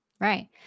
Right